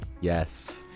yes